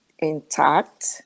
intact